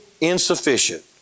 insufficient